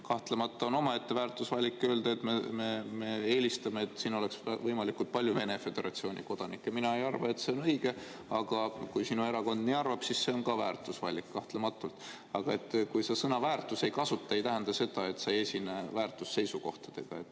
Kahtlemata on omaette väärtusvalik öelda, et me eelistame, et siin oleks võimalikult palju Vene Föderatsiooni kodanikke. Mina ei arva, et see on õige. Aga kui sinu erakond nii arvab, siis see on väärtusvalik kahtlematult. Kui sa sõna "väärtus" ei kasuta, siis see ei tähenda seda, et sa ei esine väärtusseisukohtadega.